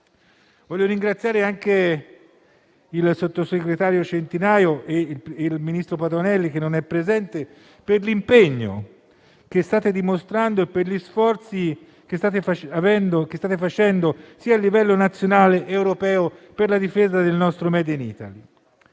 Voglio ringraziare anche il sottosegretario Centinaio e il ministro Patuanelli, che non è presente, per l'impegno che stanno dimostrando e per gli sforzi che stanno facendo sia a livello nazionale che europeo per la difesa del nostro *made in Italy*.